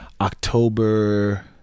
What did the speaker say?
October